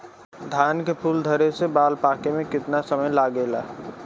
धान के फूल धरे से बाल पाके में कितना समय लागेला?